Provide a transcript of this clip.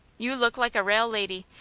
you look like a rale leddy,